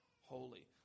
holy